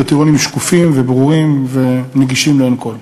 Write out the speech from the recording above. והם קריטריונים שקופים וברורים ונגישים לעין כול.